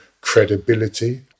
credibility